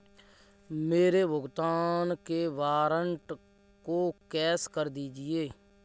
मेरे भुगतान के वारंट को कैश कर दीजिए